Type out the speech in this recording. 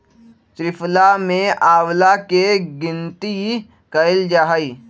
त्रिफला में आंवला के गिनती कइल जाहई